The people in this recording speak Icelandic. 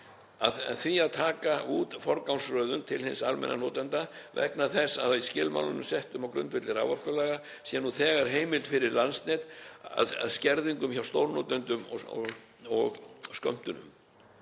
að taka út forgangsröðun til hins almenna notanda vegna þess að í skilmálunum settum á grundvelli raforkulaga sé nú þegar heimild fyrir Landsnet til skerðinga hjá stórnotendum og skammtanir.